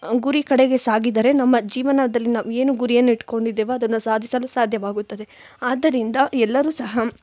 ಗುರಿ ಕಡೆಗೆ ಸಾಗಿದರೆ ನಮ್ಮ ಜೀವನದಲ್ಲಿ ನಾವು ಏನು ಗುರಿಯನ್ನು ಇಟ್ಕೊಂಡಿದ್ದೆವೋ ಅದನ್ನು ಸಾಧಿಸಲು ಸಾಧ್ಯವಾಗುತ್ತದೆ ಆದ್ದರಿಂದ ಎಲ್ಲರು ಸಹ